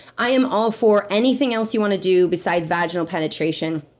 i am all for anything else you want to do, besides vaginal penetration.